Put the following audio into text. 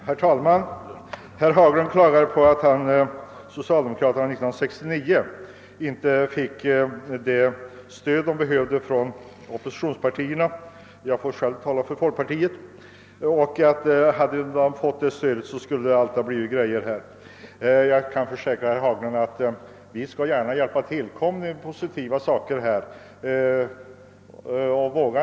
Herr talman! Herr Haglund klagade på att socialdemokraterna 1969 inte fick det stöd de behövde från oppositionspartierna och påstod att om socialdemokraterna hade fått det stödet skulle det hela ha ordnats upp. Jag kan försäkra herr Haglund att vi — jag får själv tala för folkpartiet — skall gärna hjälpa till, om ni föreslår positiva åtgärder i detta avseende.